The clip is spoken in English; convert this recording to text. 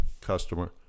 customer